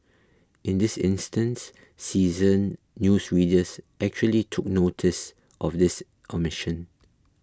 in this instance seasoned news readers actually took noticed of this omission